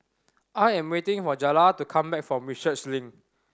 I am waiting for Jaylah to come back from Research Link